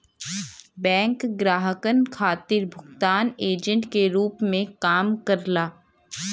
bank ग्राहकन खातिर भुगतान एजेंट के रूप में काम करला